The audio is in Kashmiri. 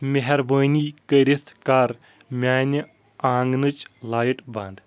مہربٲنی کٔرِتھ کر میانہِ آنگنٕچ لایٹ بنٛد